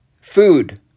food